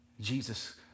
Jesus